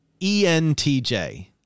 ENTJ